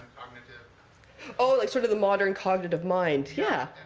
cognitive oh, like sort of the modern cognitive mind. yeah.